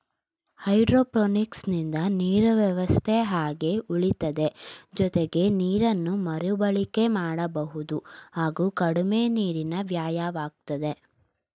ಹೈಡ್ರೋಪೋನಿಕ್ಸಿಂದ ನೀರು ವ್ಯವಸ್ಥೆ ಹಾಗೆ ಉಳಿತದೆ ಜೊತೆಗೆ ನೀರನ್ನು ಮರುಬಳಕೆ ಮಾಡಬಹುದು ಹಾಗೂ ಕಡಿಮೆ ನೀರಿನ ವ್ಯಯವಾಗ್ತದೆ